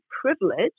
privilege